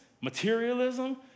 materialism